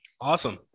Awesome